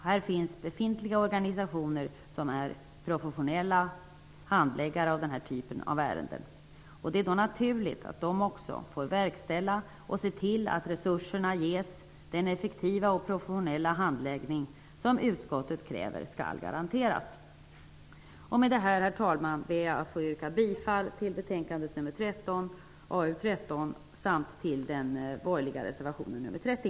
Här finns befintliga organisationer som professionellt handlägger denna typ av ärenden. Det är naturligt att dessa också får verkställa och se till att resurserna ges den effektiva och professionella handläggning som utskottet kräver skall garanteras. Herr talman! Med det anförda vill jag yrka bifall till den borgerliga reservationen nr 30 och i övrigt till utskottets hemställan i betänkande AU13.